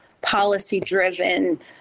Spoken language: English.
policy-driven